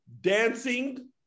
dancing